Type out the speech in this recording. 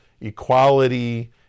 Equality